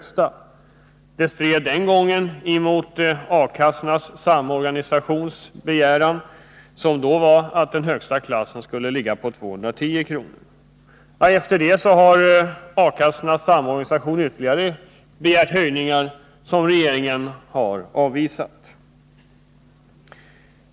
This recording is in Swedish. Det stred den gången mot A-kassornas samorganisations begäran, som var att den högsta klassen skulle ligga på 210 kr. Efter det har A-kassornas samorganisation begärt ytterligare höjningar, vilket regeringen har avvisat.